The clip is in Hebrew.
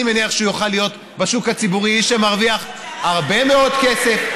אני מניח שהוא יוכל להיות בשוק הציבורי איש שמרוויח הרבה מאוד כסף,